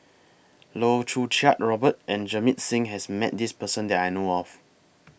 Loh Choo Kiat Robert and Jamit Singh has Met This Person that I know of